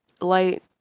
light